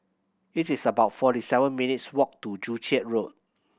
it is about forty seven minutes' walk to Joo Chiat Road